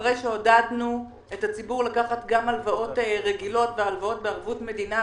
אחרי שעודדנו את הציבור לקחת גם הלוואות רגילות והלוואות בערבות מדינה,